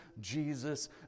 Jesus